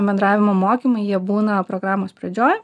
bendravimo mokymai jie būna programos pradžioj